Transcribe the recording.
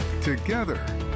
Together